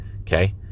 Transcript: Okay